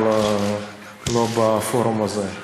אבל לא בפורום הזה.